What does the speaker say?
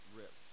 rip